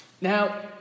Now